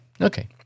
Okay